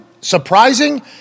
surprising